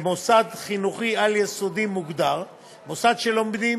מוסד חינוכי על-יסודי מוגדר מוסד שלומדים